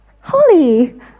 Holy